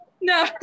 no